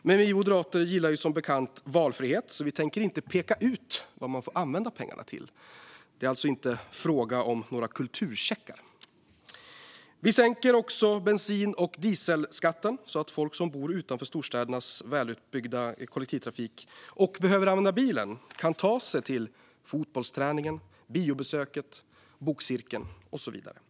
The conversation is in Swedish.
Men vi moderater gillar ju som bekant valfrihet, så vi tänker inte peka ut vad man får använda pengarna till. Det är alltså inte fråga om några kulturcheckar. Vi sänker också bensin och dieselskatten så att folk som bor utanför storstädernas välutbyggda kollektivtrafik och behöver använda bilen kan ta sig till fotbollsträningen, biobesöket, bokcirkeln och så vidare.